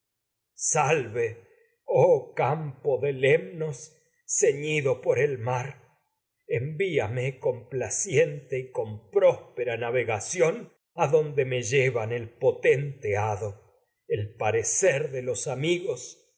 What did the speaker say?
salve oh campo de lemnos ceñido por complaciente llevan el y mar envíame con próspera navega ción adonde me potente hado el parecer de los amigos